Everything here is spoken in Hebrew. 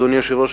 אדוני היושב-ראש,